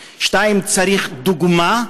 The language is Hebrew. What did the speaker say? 2. צריך דוגמה,